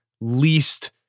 least